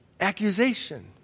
accusation